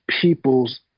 peoples